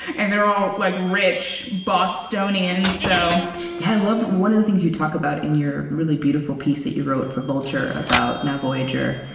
and they're all like rich bostonians so yeah one of the things you talk about, in your really beautiful piece that you wrote for vulture about now, voyager,